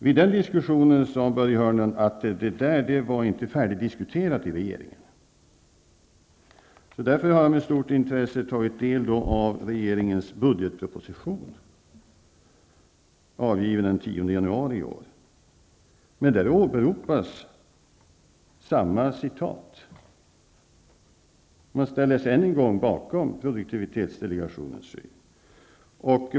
Vid den diskussionen sade Börje Hörnlund att det där inte var färdigdiskuterat i regeringen. Därför har jag med stort intresse tagit del av regeringens budgetproposition, avgiven den 10 januari i år. Där åberopas samma sak -- man ställer sig alltså än en gång bakom produktivitetsdelegationens syn.